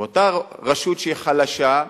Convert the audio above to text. אותה רשות שהיא חלשה,